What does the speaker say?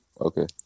Okay